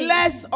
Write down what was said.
Less